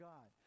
God